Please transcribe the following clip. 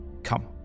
come